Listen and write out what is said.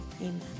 Amen